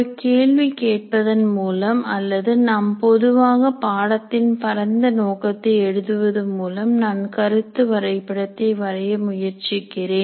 ஒரு கேள்வி கேட்பதன் மூலம் அல்லது நாம் பொதுவாக பாடத்தின் பரந்த நோக்கத்தை எழுதுவது மூலம் நான் கருத்து வரைபடத்தை வரைய முயற்சிக்கிறேன்